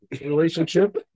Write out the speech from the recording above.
relationship